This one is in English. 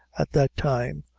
at that time,